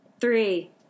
Three